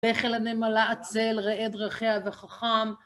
לך אל הנמלה עצל ראה דרכיה וחכם